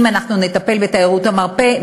ואם נטפל בתיירות המרפא,